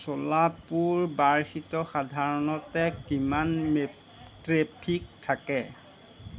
চোলাপুৰ বাৰ্ষিত সাধাৰণতে কিমান ট্ৰেফিক থাকে